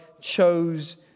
chose